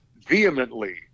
vehemently